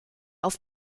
auf